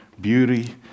beauty